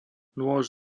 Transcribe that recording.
nôž